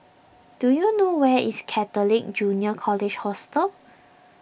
do you know where is Catholic Junior College Hostel